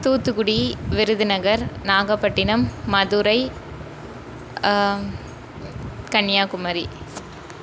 Thoothukudi Virudhunagar Nagapattinam Madurai Kanyakumari